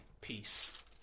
peace